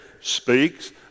speaks